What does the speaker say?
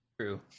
true